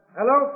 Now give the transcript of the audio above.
Hello